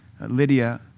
Lydia